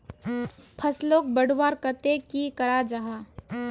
फसलोक बढ़वार केते की करा जाहा?